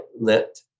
let